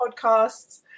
podcasts